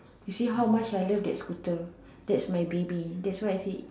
you see how much I love that scooter that's my baby that's why I say